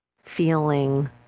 feeling